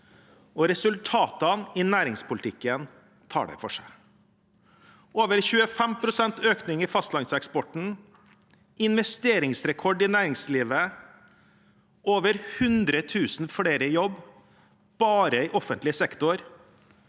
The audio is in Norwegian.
resultatene i næringspolitikken taler for seg: over 25 pst. økning i fastlandseksporten, investeringsrekord i næringslivet, over 100 000 flere i jobb bare i offentlig sektor,